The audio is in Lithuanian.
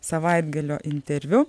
savaitgalio interviu